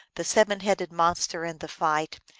the seven-headed monster and the fight,